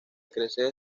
crecer